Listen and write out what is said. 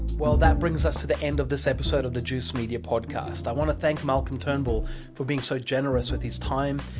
well, that brings us to the end of this episode of the juice media podcast. i want to thank malcolm turnbull for being so generous with his time.